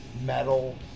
metal